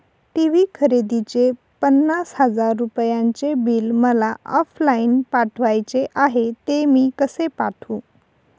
TV खरेदीचे पन्नास हजार रुपयांचे बिल मला ऑफलाईन पाठवायचे आहे, ते मी कसे पाठवू?